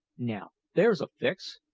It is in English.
now, there's a fix!